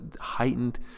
heightened